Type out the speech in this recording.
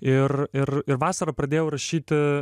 ir ir ir vasarą pradėjau rašyti